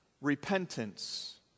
repentance